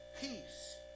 peace